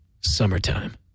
Summertime